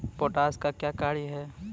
Potash का क्या कार्य हैं?